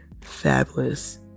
fabulous